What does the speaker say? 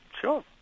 sure